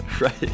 right